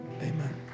Amen